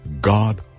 God